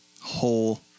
whole